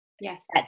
Yes